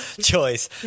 choice